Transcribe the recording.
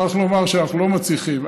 אני מוכרח לומר שאנחנו לא מצליחים,